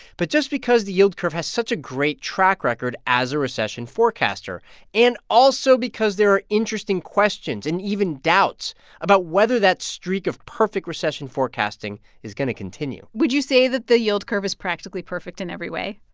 but just because the yield curve has such a great track record as a recession forecaster and also because there are interesting questions and even doubts about whether that streak of perfect recession forecasting is going to continue would you say that the yield curve is practically perfect in every way?